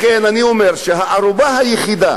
לכן אני אומר שהערובה היחידה